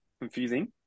confusing